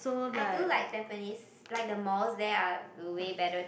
I do like Tampines like the malls there are way better